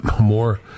more